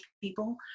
people